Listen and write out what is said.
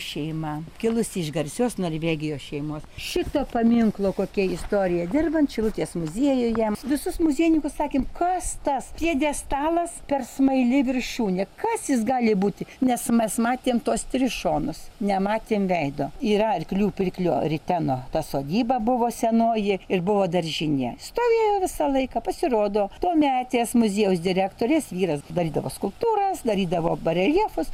šeima kilusi iš garsios norvegijos šeimos šito paminklo kokia istorija dirbant šilutės muziejuje visus muziejininkus sakėm kas tas pjedestalas per smaili viršūnė kas jis gali būti nes mes matėm tuos tris šonus nematėm veido yra arklių pirklio riteno ta sodyba buvo senoji ir buvo daržinė stovėjo visą laiką pasirodo tuometės muziejaus direktorės vyras darydavo skulptūras darydavo bareljefus